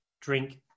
drink